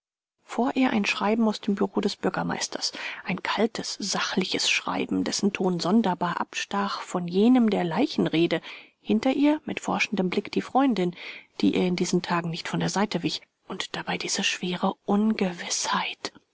vor ihr ein schreiben aus dem bureau des bürgermeisters ein kaltes sachliches schreiben dessen ton sonderbar abstach von jenem der leichenrede hinter ihr mit forschendem blick die freundin die ihr in diesen tagen nicht von der seite wich und dabei diese schwere ungewißheit